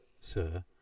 sir